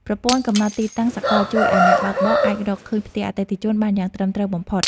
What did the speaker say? ប្រព័ន្ធកំណត់ទីតាំងសកលជួយឱ្យអ្នកបើកបរអាចរកឃើញផ្ទះអតិថិជនបានយ៉ាងត្រឹមត្រូវបំផុត។